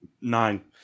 Nine